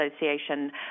Association